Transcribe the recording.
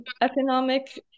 economic